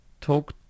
Talk